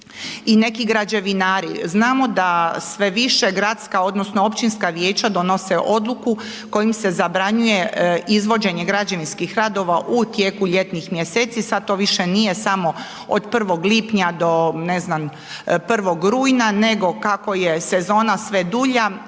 i neki građevinari. Znamo da sve više gradska odnosno općinska vijeća donose odluku kojom se zabranjuje izvođenje građevinskih radova u tijeku ljetnih mjeseci. sada to više nije samo od 1. lipnja do ne znam do 1. rujna nego kako je sezona sve dulja